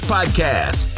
Podcast